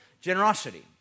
generosity